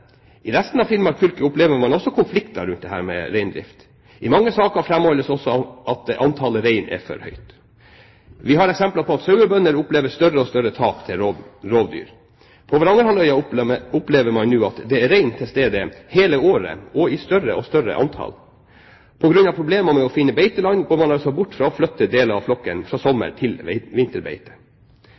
I resten av Finnmark fylke opplever man også konflikter rundt reindriften. I mange saker framholdes også at antallet rein er for høyt. Vi har eksempler på at sauebønder opplever større og større tap til rovdyr. På Varangerhalvøya opplever man nå at det er rein til stede hele året og i større og større antall. På grunn av problemer med å finne beiteland går man bort fra å flytte deler av flokken fra sommer- til vinterbeite.